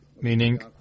Meaning